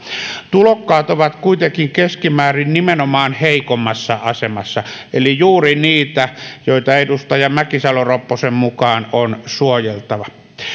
tulokkaat ovat kuitenkin keskimäärin nimenomaan heikommassa asemassa eli juuri niitä joita edustaja mäkisalo ropposen mukaan on suojeltava